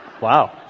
Wow